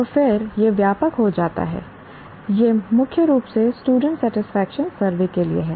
तो फिर यह व्यापक हो जाता है यह मुख्य रूप से स्टूडेंट सेटिस्फेक्शन सर्वे के लिए है